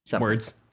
Words